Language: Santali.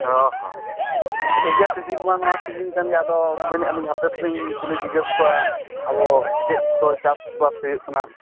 ᱚᱼᱦᱚ ᱴᱷᱤᱠᱜᱮᱭᱟ ᱥᱤᱡᱤᱱ ᱢᱟ ᱱᱚᱣᱟ ᱥᱤᱡᱤᱱ ᱠᱟᱱᱜᱮᱭᱟ ᱟᱫᱚ ᱢᱮᱱᱮᱫᱼᱟᱞᱤᱧ ᱦᱟᱯᱮ ᱥᱮᱞᱤᱧ ᱠᱩᱞᱤ ᱡᱤᱜᱽᱜᱟᱹᱥ ᱠᱚᱣᱟ ᱟᱵᱚ ᱪᱮᱫᱠᱚ ᱪᱟᱥᱵᱟᱥ ᱦᱩᱭᱩᱜ ᱠᱟᱱᱟ